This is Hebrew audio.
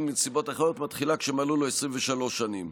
בנסיבות אחרות מתחילה כשמלאו לו 23 שנים.